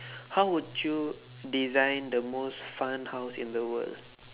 how would you design the most fun house in the world